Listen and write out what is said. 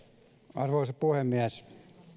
arvoisa puhemies